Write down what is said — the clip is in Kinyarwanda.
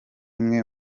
imwe